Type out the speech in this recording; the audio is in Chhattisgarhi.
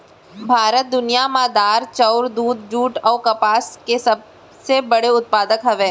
भारत दुनिया मा दार, चाउर, दूध, जुट अऊ कपास के सबसे बड़े उत्पादक हवे